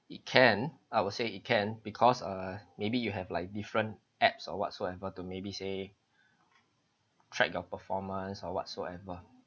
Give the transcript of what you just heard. it can I will say it can because err maybe you have like different apps or whatsoever to maybe say track your performance or whatsoever